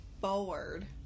forward